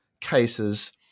cases